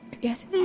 Yes